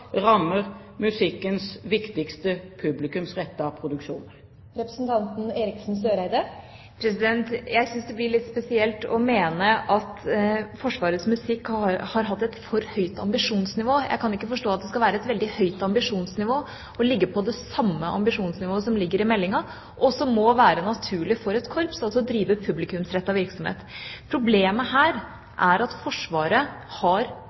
rammer musikkens viktigste publikumsrettede produksjoner. Jeg synes det blir litt spesielt å mene at Forsvarets musikk har hatt et for høyt ambisjonsnivå. Jeg kan ikke forstå at det skal være et høyt ambisjonsnivå å ligge på det samme ambisjonsnivået som ligger i meldinga, og som må være naturlig for et korps, altså å drive publikumsrettet virksomhet. Problemet her er at Forsvaret har